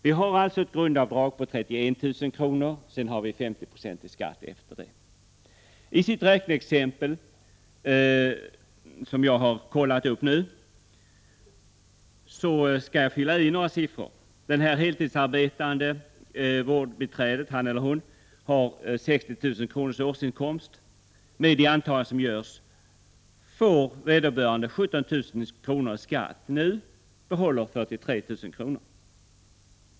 Vi har alltså ett grundavdrag på 31 000 kr. och efter det 50 90 i skatt. I hans räkneexempel, som jag har kollat upp nu, skall jag fylla i några siffror. Det heltidsarbetande vårdbiträdet, han eller hon, har 60 000 kr. i årsinkomst. Med de antaganden som görs får vederbörande 17 000 kr. i skatt nu och behåller 43 000 kr.